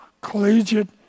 Collegiate